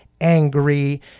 angry